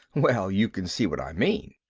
well, you can see what i mean.